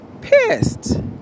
pissed